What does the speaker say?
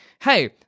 hey